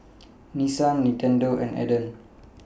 Nissan Nintendo and Aden